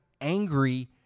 angry